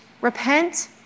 repent